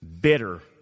bitter